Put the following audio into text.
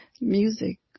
music